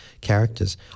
characters